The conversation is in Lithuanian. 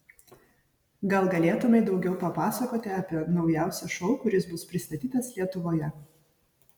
gal galėtumei daugiau papasakoti apie naujausią šou kuris bus pristatytas lietuvoje